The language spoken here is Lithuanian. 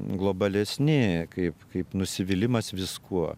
globalesni kaip kaip nusivylimas viskuo